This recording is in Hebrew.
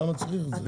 למה צריך את זה?